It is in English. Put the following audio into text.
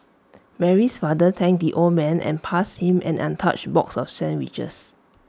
Mary's father thanked the old man and passed him an untouched box of sandwiches